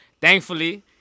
thankfully